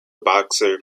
boxer